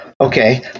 Okay